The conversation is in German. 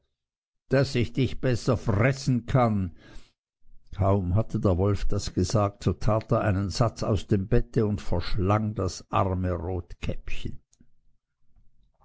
daß ich dich besser fressen kann kaum hatte der wolf das gesagt so tat er einen satz aus dem bette und verschlang das arme rotkäppchen